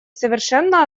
совершенно